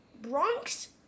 Bronx